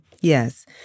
Yes